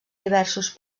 diversos